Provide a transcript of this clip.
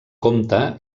comte